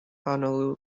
honolulu